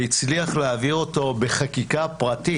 והצליח להעביר אותו בחקיקה פרטית.